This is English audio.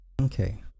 Okay